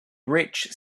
rich